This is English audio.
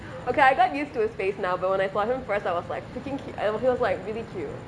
okay I got used to his face now but when I saw him first I was like freakin~ ah he was like really cute